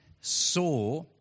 saw